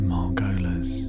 Margola's